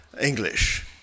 English